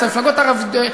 אצל המפלגות הערביות,